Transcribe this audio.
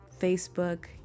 Facebook